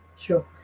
Sure